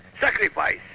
sacrifice